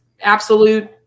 absolute